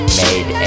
made